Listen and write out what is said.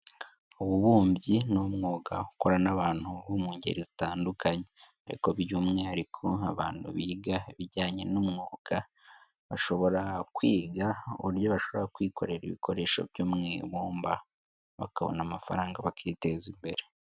Ububumbyi ni umwuga ukorana n'abantu bo mu ngeri zitandukanye ariko by'umwihariko abantu biga ibijyanye n'umwuga, bashobora kwiga uburyo bashobora kwikorera ibikoresho byo mu ibumba bakabona amafaranga bakiteza imbere.